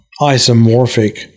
isomorphic